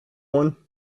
one